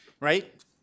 right